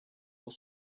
pour